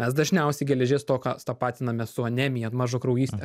mes dažniausiai geležies stoką tapatiname su anemija mažakraujyste